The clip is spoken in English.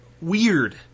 Weird